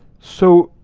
so,